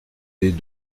des